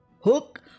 Hook